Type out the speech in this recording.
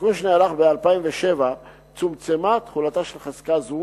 בתיקון שנערך ב-2007 צומצמה תחולתה של חזקה זו